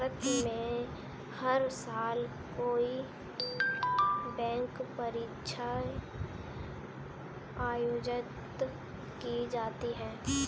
भारत में हर साल कई बैंक परीक्षाएं आयोजित की जाती हैं